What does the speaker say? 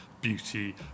beauty